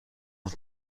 not